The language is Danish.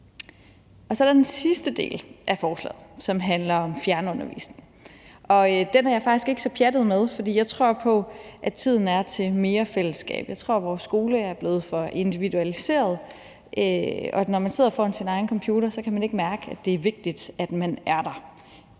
Så er der den sidste del af forslaget, som handler om fjernundervisning. Den er jeg faktisk ikke så pjattet med, for jeg tror på, at tiden er til mere fællesskab. Jeg tror, at vores skole er blevet for individualiseret, og at når man sidder foran sin egen computer, kan man ikke mærke, at det er vigtigt, at man er der.